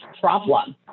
problem